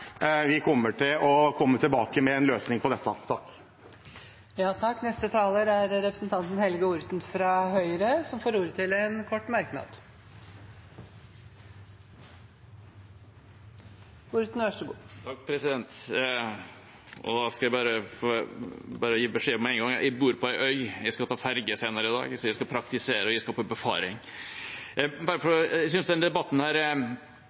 Vi kommer til å komme tilbake med en løsning på dette. Representanten Helge Orten har hatt ordet to ganger tidligere og får ordet til en kort merknad, begrenset til 1 minutt. Da skal jeg bare gi beskjed med en gang: Jeg bor på ei øy, jeg skal ta ferge senere i dag, så jeg skal praktisere, og jeg skal på befaring. Jeg synes denne debatten med all tydelighet viser behovet for en helhetlig gjennomgang. Derfor er